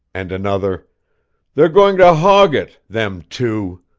and another they're going to hog it. them two.